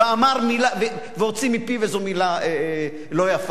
והוציא מפיו איזו מלה לא יפה.